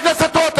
חבר הכנסת בר-און.